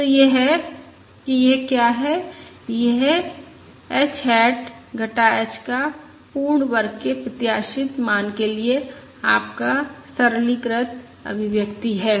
तो यह है कि यह क्या है यह h हैट घटा h का पूर्ण वर्ग के प्रत्याशित मान के लिए आपका सरलीकृत अभिव्यक्ति है